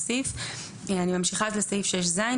אלה שתי שאלות.